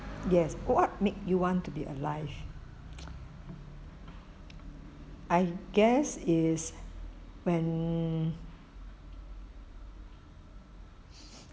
yes what made you want to be alive I guess is when